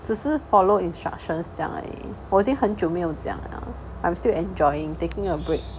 只是 follow instructions 这样而已我已经很久没有这样了 I'm still enjoying taking a break